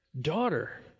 daughter